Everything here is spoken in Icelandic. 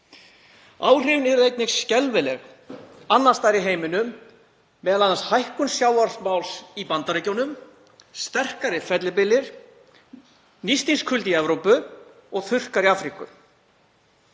Áhrifin yrðu einnig skelfileg annars staðar í heiminum, m.a. hækkun sjávarmáls í Bandaríkjunum, sterkari fellibyljir, nístingskuldi í Evrópu og þurrkar í Afríku.